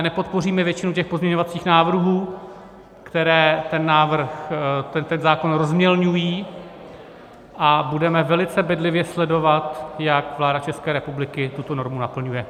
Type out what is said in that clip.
Nepodpoříme většinu těch pozměňovacích návrhů, které ten zákon rozmělňují, a budeme velice bedlivě sledovat, jak vláda České republiky tuto normu naplňuje.